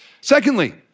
Secondly